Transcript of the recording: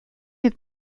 have